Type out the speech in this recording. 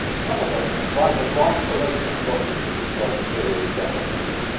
some of us like a large collection of boxes to compose a stereo setup from.